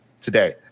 today